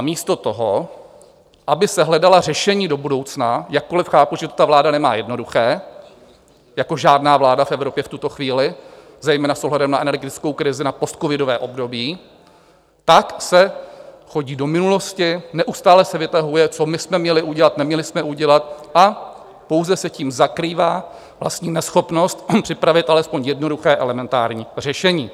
Místo toho, aby se hledala řešení do budoucna jakkoliv chápu, že to ta vláda nemá jednoduché jako žádná vláda v Evropě v tuto chvíli, zejména s ohledem na energetickou krizi, na postcovidové období tak se chodí do minulosti, neustále se vytahuje, co my jsme měli udělat, neměli jsme udělat, a pouze se tím zakrývá vlastní neschopnost připravit alespoň jednoduché, elementární řešení.